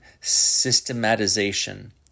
systematization